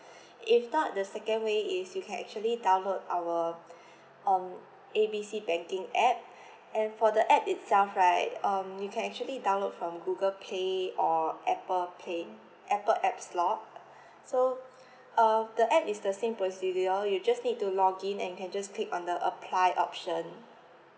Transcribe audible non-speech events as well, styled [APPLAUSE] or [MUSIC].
[BREATH] if not the second way is you can actually download our [BREATH] um A B C banking app and for the app itself right um you can actually download from google play or apple pay apple app store [BREATH] so [BREATH] uh the app is the same procedure you just need to login and you can just click on the apply option